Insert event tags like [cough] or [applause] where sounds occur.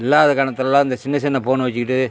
இல்லாத [unintelligible] எல்லாம் இந்த சின்ன சின்ன ஃபோனை வச்சுக்கிட்டு